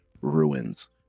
Ruins